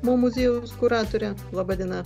mo muziejaus kuratorė laba diena